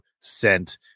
sent